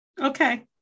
okay